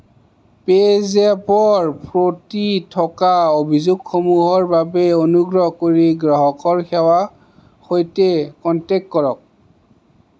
পে'জেপৰ ফতি থকা অভিযোগসমূহৰ বাবে অনুগ্ৰহ কৰি গ্ৰাহকৰ সেৱা সৈতে কন্টেক্ট কৰক